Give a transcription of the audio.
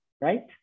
right